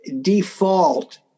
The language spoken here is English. default